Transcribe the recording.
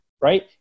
right